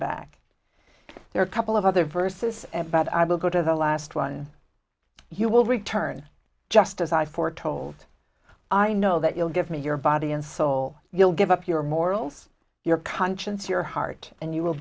back there are a couple of other verses about i will go to the last one you will return just as i foretold i know that you'll give me your body and soul you'll give up your morals your conscience your heart and you will